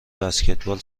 بسکتبال